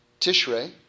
Tishrei